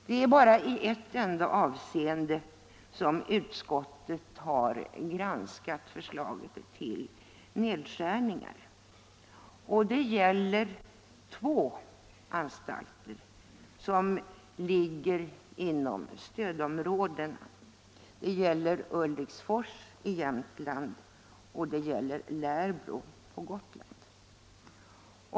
Det är bara när det gäller två anstalter som utskottet har ifrågasatt de föreslagna nedskärningarna och det gäller anstalter inom det allmänna stödområdet, Ulriksfors i Jämtland och Lärbro på Gotland.